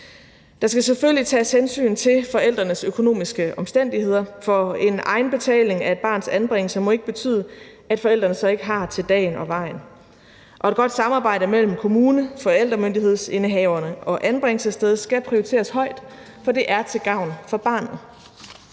Der skal selvfølgelig tages hensyn til forældrenes økonomiske omstændigheder, for en egenbetaling af et barns anbringelse må ikke betyde, at forældrene så ikke har til dagen og vejen. Og et godt samarbejde mellem kommune, forældremyndighedsindehaverne og anbringelsesstedet skal prioriteres højt, for det er til gavn for barnet.